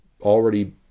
already